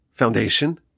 foundation